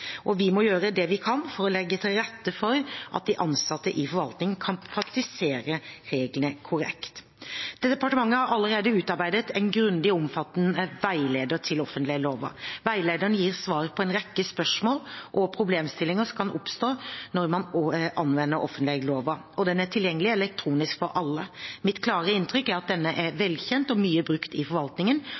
må gjøre det vi kan for å legge til rette for at de ansatte i forvaltningen kan praktisere reglene korrekt. Departementet har allerede utarbeidet en grundig og omfattende veileder til offentleglova. Veilederen gir svar på en rekke spørsmål og problemstillinger som kan oppstå når man anvender offentleglova, og den er tilgjengelig elektronisk for alle. Mitt klare inntrykk er at denne er velkjent og mye brukt i forvaltningen,